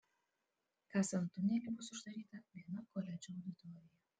kasant tunelį bus uždaryta viena koledžo auditorija